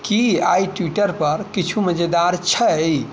की आइ ट्वीटरपर किछु मजेदार छै